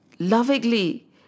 lovingly